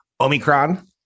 Omicron